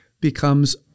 becomes